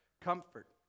comfort